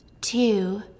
two